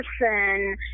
person